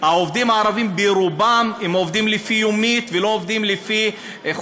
העובדים הערבים ברובם הם עובדים יומיים ולא עובדים חודשיים.